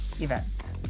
events